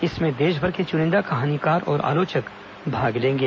इसमें देशभर के चुनिंदा कहानीकार आलोचक भाग लेंगे